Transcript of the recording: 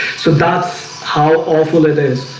so that's how awful it is.